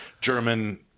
German